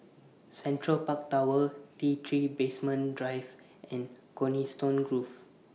Central Park Tower T three Basement Drive and Coniston Grove